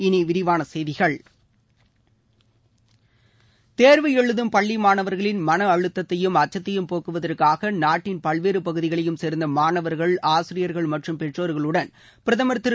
இனி விரிவான செய்திகள் தேர்வு எழுதும் பள்ளி மாணவர்களின் மன அழுத்தத்தையும் அச்சத்தையும் போக்குவதற்காக நாட்டின் பல்வேறு பகுதிகளையும் சேர்ந்த மாணவர்கள் ஆசிரியர்கள் மற்றும் பெற்றோர்களுடன் பிரதமர் திரு